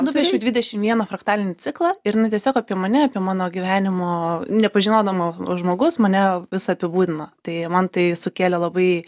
nupiešiau dvidešim vieną fraktalinį ciklą ir jinai tiesiog apie mane apie mano gyvenimo nepažinodama žmogus mane visą apibūdino tai man tai sukėlė labai